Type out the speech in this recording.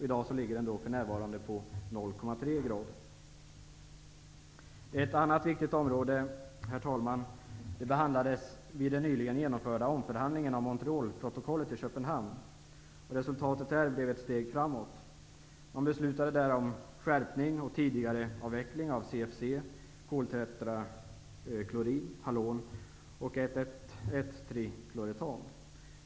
I dag ligger den på 0,3 Ett annat viktigt område, herr talman, behandlades vid den nyligen genomförda omförhandlingen av Montrealprotokollet i Köpenhamn. Resultatet blev ett steg framåt. Man beslutade där en skärpning och tidigareavveckling av CFC, koltetraklorid, halon och 1,1,1-trikloretan.